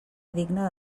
digna